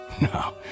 No